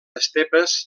estepes